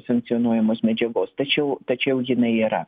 sankcionuojamos medžiagos tačiau tačiau jinai yra